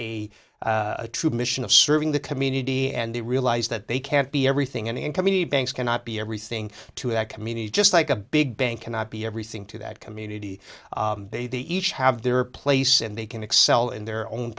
have a true mission of serving the community and they realize that they can't be everything and community banks cannot be everything to at community just like a big bank cannot be everything to that community they they each have their place and they can excel in their own